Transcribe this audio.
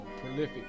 Prolific